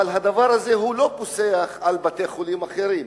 הדבר הזה לא פוסח על בתי-חולים אחרים.